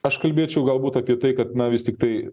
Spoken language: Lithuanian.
aš kalbėčiau galbūt apie tai kad na vis tiktai